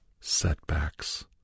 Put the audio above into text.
setbacks